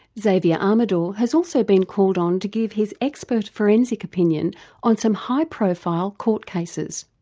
xavier amador has also been called on to give his expert forensic opinion on some high profile court cases.